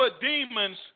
demons